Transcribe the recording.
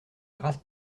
grâce